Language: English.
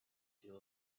deal